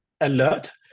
alert